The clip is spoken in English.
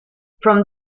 from